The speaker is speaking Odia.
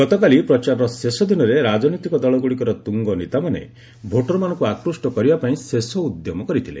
ଗତକାଲି ପ୍ରଚାରର ଶେଷ ଦିନରେ ରାଜନୈତିକ ଦଳଗୁଡ଼ିକର ତୁଙ୍ଗନେତାମାନେ ଭୋଟରମାନଙ୍କୁ ଆକୃଷ୍ଟ କରିବା ପାଇଁ ଶେଷ ଉଦ୍ୟମ କରିଥିଲେ